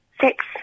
six